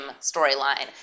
storyline